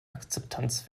akzeptanz